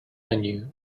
venue